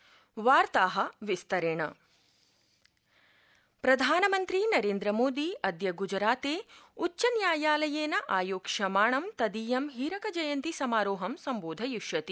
अथ वार्ता विस्तरणि प्रधानमन्त्री प्रधानमन्त्री नरेन्द्रमोदी अद्य ग्जराते उच्चन्यायालयेन आयोक्ष्यमाणं तदीयं हीरक जयन्ति समारोहं सम्बोधयिष्यति